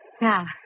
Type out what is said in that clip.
Now